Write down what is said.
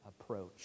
approach